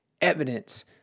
evidence